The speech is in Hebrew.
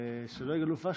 שלא יגלו פשלות.